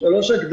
יש שלוש הגדרות.